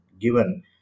given